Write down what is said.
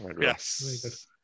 yes